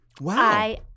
Wow